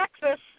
Texas